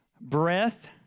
breath